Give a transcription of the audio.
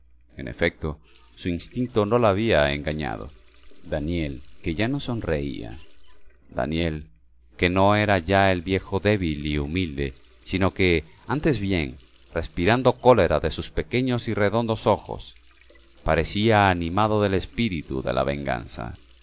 en efecto su instinto no la había engañado daniel que ya no sonreía daniel que no era ya el viejo débil y humilde sino que antes bien respirando cólera de sus pequeños y redondos ojos parecía animado del espíritu de la venganza